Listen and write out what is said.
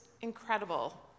incredible